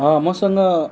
अँ मसँग